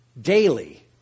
daily